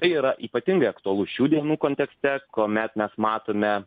tai yra ypatingai aktualu šių dienų kontekste kuomet mes matome